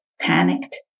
panicked